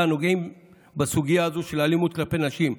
הנוגעים בסוגיה הזו של אלימות כלפי נשים,